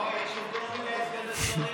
יש יותר מדי סגני שרים.